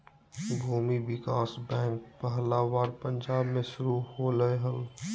भूमि विकास बैंक पहला बार पंजाब मे शुरू होलय हल